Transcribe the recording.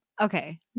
Okay